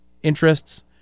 interests